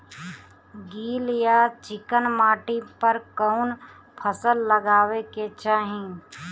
गील या चिकन माटी पर कउन फसल लगावे के चाही?